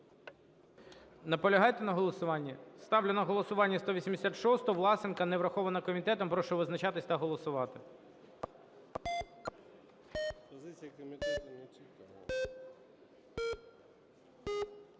Наполягаєте на голосуванні? Ставлю на голосування 186-у Власенка. Не врахована комітетом. Прошу визначатись та голосувати.